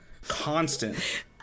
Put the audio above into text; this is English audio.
constant